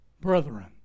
brethren